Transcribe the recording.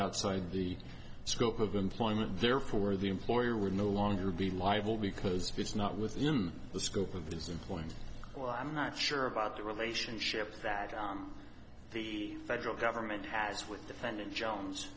outside the scope of employment therefore the employer would no longer be liable because it's not within the scope of his employment well i'm not sure about the relationship that the federal government has with defendant jones